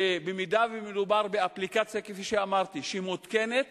שבמידה שמדובר באפליקציה, כפי שאמרתי, שמותקנת